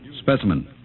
specimen